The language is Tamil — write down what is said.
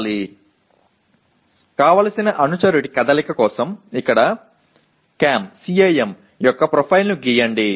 மேலும் விரும்பிய வண்ணம் இயக்கம் கிடைப்பதற்கு கேமின் சுயவிவரத்தை வரைய வேண்டும்